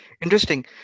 Interesting